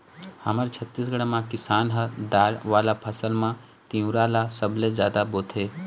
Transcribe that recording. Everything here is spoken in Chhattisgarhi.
हमर छत्तीसगढ़ म किसान ह दार वाला फसल म तिंवरा ल सबले जादा बोथे